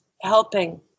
helping